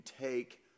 take